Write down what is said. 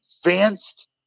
advanced